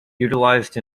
utilized